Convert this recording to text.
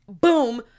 boom